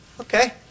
Okay